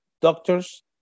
doctors